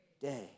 day